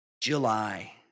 July